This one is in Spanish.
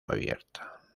abierta